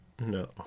no